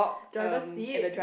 driver seat